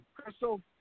Crystal